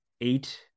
eight